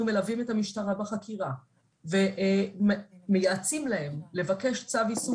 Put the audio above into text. מלווים את המשטרה בחקירה ומייעצים להם לבקש צו איסור